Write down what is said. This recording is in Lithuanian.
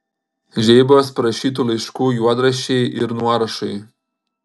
žeibos parašytų laiškų juodraščiai ir nuorašai